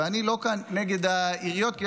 ואני לא נגד העיריות כאן,